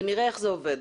ונראה איך זה עובד.